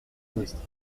ministre